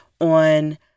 on